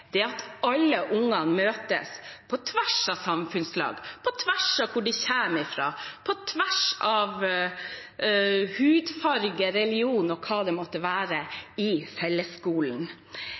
at alle unger møtes på tvers av samfunnslag, på tvers av hvor de kommer fra, på tvers av hudfarge, religion og hva det måtte være, i fellesskolen.